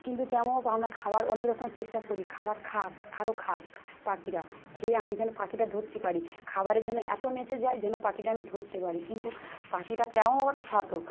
কিন্তু তেমন আমরা খাওয়ার অনেক রকমের চেষ্টা করি খাবার খাক আরও খাক পাখিরা খেয়ে আমি যেন পাখিটার ধরতে পারি খাবারে যেন এত মজে যায় যেন পাখিটা আমি ধরতে পারি কিন্তু পাখিটা তেমন ওরা